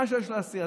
מה יש לו להסתיר?